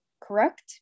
Correct